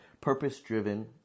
purpose-driven